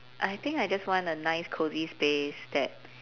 I think I just want a nice cozy space that